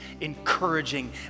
encouraging